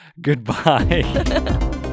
Goodbye